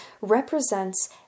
represents